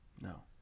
No